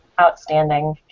outstanding